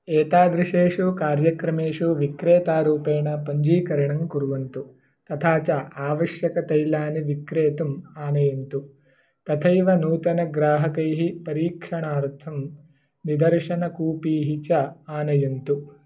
एतादृशेषु कार्यक्रमेषु विक्रेतारूपेण पञ्जीकरणं कुर्वन्तु तथा च आवश्यकतैलानि विक्रेतुम् आनयन्तु तथैव नूतनग्राहकैः परीक्षणार्थं निदर्शनकूपीः च आनयन्तु